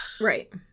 right